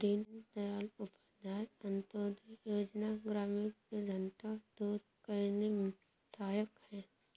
दीनदयाल उपाध्याय अंतोदय योजना ग्रामीण निर्धनता दूर करने में सहायक है